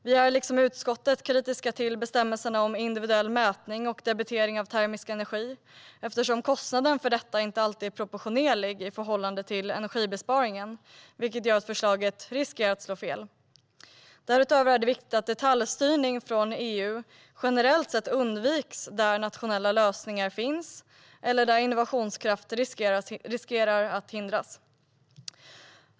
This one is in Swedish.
Vi är, liksom utskottet, kritiska till bestämmelserna om individuell mätning och debitering av termisk energi, eftersom kostnaden för detta inte alltid är proportionerlig mot energibesparingen, vilket gör att förslaget riskerar att slå fel. Därutöver är det viktigt att detaljstyrning från EU generellt sett undviks där nationella lösningar finns eller där innovationskraft riskerar att hindras.